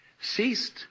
ceased